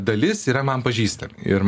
dalis yra man pažįstami ir